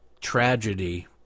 tragedy